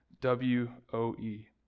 W-O-E